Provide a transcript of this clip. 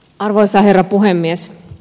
arvoisa herra puhemies